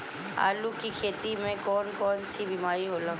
आलू की खेती में कौन कौन सी बीमारी होला?